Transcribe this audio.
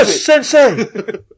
sensei